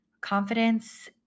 confidence